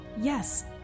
Yes